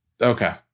Okay